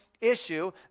issue